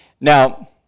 Now